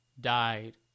died